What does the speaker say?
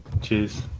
Cheers